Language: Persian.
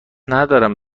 ندارم